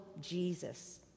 Jesus